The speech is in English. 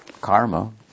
karma